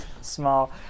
small